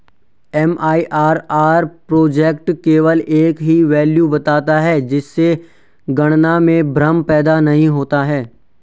MIRR project केवल एक ही वैल्यू बताता है जिससे गणना में भ्रम पैदा नहीं होता है